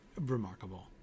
remarkable